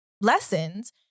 lessons